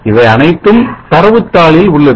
இவை அனைத்தும் தரவுத்தாளில் உள்ளது